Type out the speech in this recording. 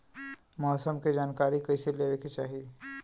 मौसम के जानकारी कईसे लेवे के चाही?